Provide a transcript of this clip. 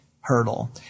hurdle